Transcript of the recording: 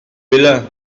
belin